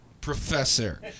Professor